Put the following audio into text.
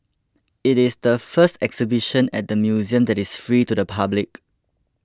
it is the first exhibition at the museum that is free to the public